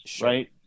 Right